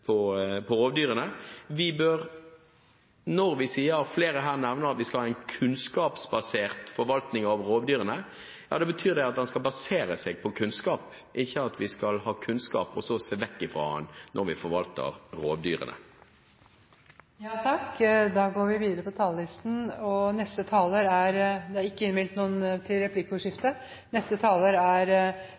på rovdyrene. Når flere her nevner at vi skal ha en kunnskapsbasert forvaltning av rovdyrene, betyr det at en skal basere seg på kunnskap, ikke at vi skal ha kunnskap og så se vekk fra den når vi forvalter rovdyrene. Vi har en todelt målsetting om at vi skal ha både rovdyr og beitedyr i Norge. Det ligger i sakens natur at dette er krevende. Vi følger opp alle punktene i rovviltforliket. Det